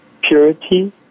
purity